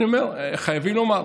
חייבים לומר,